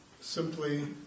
simply